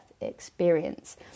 experience